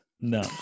No